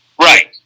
Right